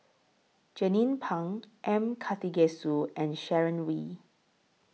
Jernnine Pang M Karthigesu and Sharon Wee